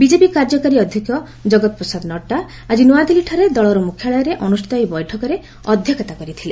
BJP କାର୍ଯ୍ୟକାରୀ ଅଧ୍ୟକ୍ଷ ଜଗତପ୍ରସାଦ ନଡ୍ଯା ଆକି ନୂଆଦିଲ୍ଲୀଠାରେ ଦଳର ମୁଖ୍ୟାଳୟଠାରେ ଅନୁଷ୍ଠିତ ଏହିବୈଠକରେ ଅଧ୍ୟକ୍ଷତା କରିଥିଲେ